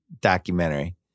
documentary